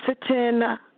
sitting